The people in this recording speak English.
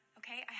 okay